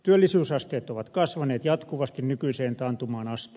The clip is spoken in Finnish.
työllisyysasteet ovat kasvaneet jatkuvasti nykyiseen taantumaan asti